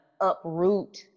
uproot